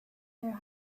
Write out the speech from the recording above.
their